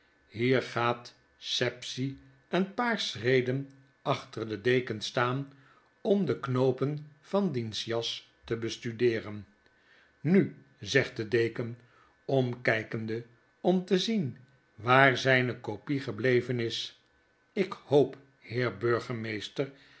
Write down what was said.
hier gaat sapsea een paar schreden achter den deken staan om de knoopen van diens jas te bestudeeren nu zegt de deken omkijkende omte zien waar zijne copie gebleven is ik hoop